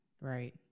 right